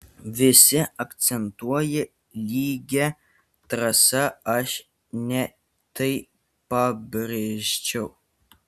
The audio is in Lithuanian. visi akcentuoja lygią trasą aš ne tai pabrėžčiau